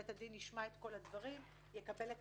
בית הדין ישמע את כל הדברים ויקבל את